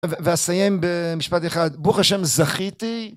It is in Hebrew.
ואסיים במשפט אחד ברוך השם זכיתי